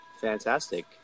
fantastic